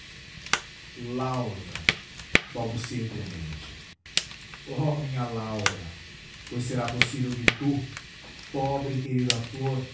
a terra laura balbuciei tremente ó minha laura pois será possível que tu pobre e querida flor